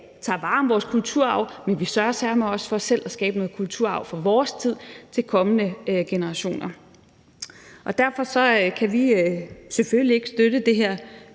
tager vare på vores kulturarv, men vi sørger søreme også for selv at skabe noget kulturarv fra vores tid til kommende generationer. Derfor kan vi selvfølgelig ikke støtte det her